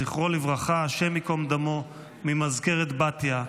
זכרו לברכה, השם ייקום דמו, ממזכרת בתיה,